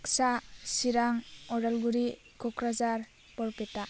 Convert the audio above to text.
Baksa Chirang Udalguri Kokrajhar Barpeta